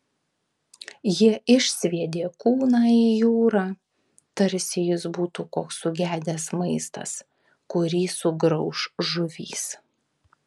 jie išsviedė kūną į jūrą tarsi jis būtų koks sugedęs maistas kurį sugrauš žuvys